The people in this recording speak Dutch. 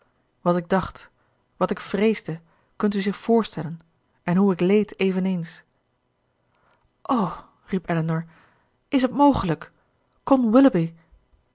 wat ik dacht wat ik vreesde kunt u zich voorstellen en hoe ik leed eveneens o riep elinor is het mogelijk kon